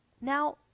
Now